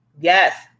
Yes